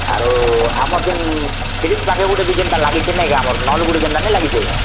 ଆରୁ ଆମ ଜେନ୍ ଫ୍ରିଜ୍ ପାଖେ ବି ଗୁଟେ ଯେଣ୍ଟା ଲାଗିଛି ନାଇ ନଲ୍ ଗୋଟେ ଜେଣ୍ଟା ନାଇ ଲାଗିଛି